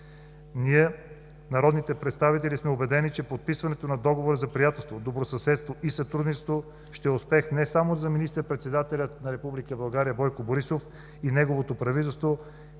Ние, народните представители, сме убедени, че подписването на Договора за приятелство, добросъседство и сътрудничество ще е успех не само за министър-председателя на Република България Бойко Борисов и неговото правителство,